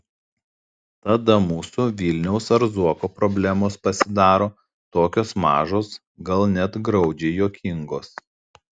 tada mūsų vilniaus ar zuoko problemos pasidaro tokios mažos gal net graudžiai juokingos